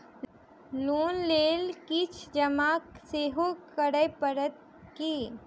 Loan लेल किछ जमा सेहो करै पड़त की?